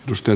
musta